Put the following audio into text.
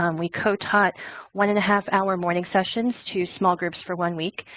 um we co-taught one and a half hour morning sessions to small groups for one week.